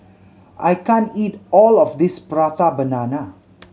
I can't eat all of this Prata Banana